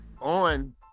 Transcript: on